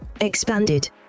Expanded